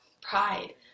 pride